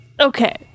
Okay